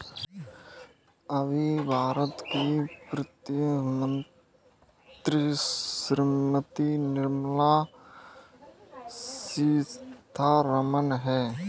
अभी भारत की वित्त मंत्री श्रीमती निर्मला सीथारमन हैं